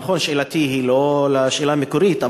נכון ששאלתי היא לא לשאלה המקורית,